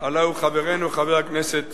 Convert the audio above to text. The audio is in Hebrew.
הלוא הוא חברנו חבר הכנסת